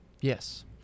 Yes